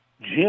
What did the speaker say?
Jim